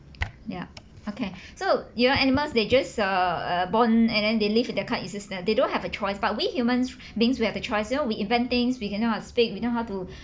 ya okay so you know animals they just err err born and then they live with their current existence they don't have a choice but we humans beings we have the choice here we invent things we know how to speak we know how to